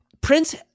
Prince